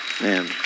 Man